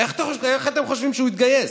איך אתם חושבים שהוא יתגייס?